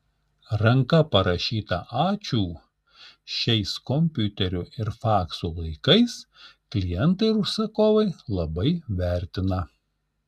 ranka parašytą ačiū šiais kompiuterių ir faksų laikais klientai ir užsakovai labai vertina